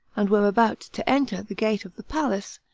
and were about to enter the gate of the palace,